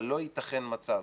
אבל לא ייתכן מצב,